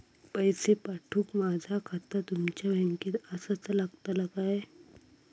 पैसे पाठुक माझा खाता तुमच्या बँकेत आसाचा लागताला काय?